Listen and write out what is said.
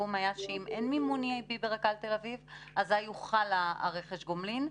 הסיכום היה שאם אין מימון EIB ברק"ל תל אביב אזיי יוחל רכש הגומלין,